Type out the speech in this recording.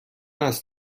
است